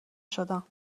شدم